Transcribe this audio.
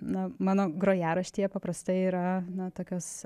na mano grojaraštyje paprastai yra na tokios